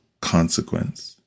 consequence